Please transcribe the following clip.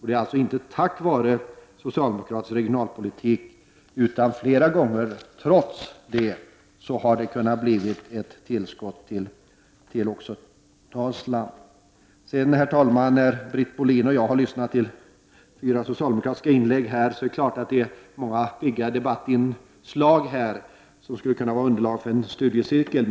Det är alltså inte tack vare socialdemokratisk regionalpolitik, utan det är trots denna som länsanslaget har blivit ett tillskott också till Dalsland. Herr talman! Britt Bohlin och jag har nu lyssnat till fyra socialdemokratiska inlägg med många pigga uppslag som skulle kunna utgöra underlag för en studiecirkel.